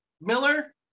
Miller